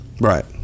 right